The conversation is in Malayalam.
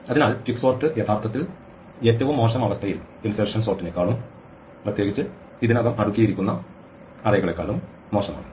അതിനാൽ ക്വിക്സോർട്ട് യഥാർത്ഥത്തിൽ ഏറ്റവും മോശം അവസ്ഥയിൽ ഇൻസെർഷൻ സോർട്ട്നെക്കാളും പ്രത്യേകിച്ച് ഇതിനകം അടുക്കിയിരിക്കുന്ന അറേകളേക്കാളും മോശമാണ്